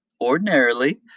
ordinarily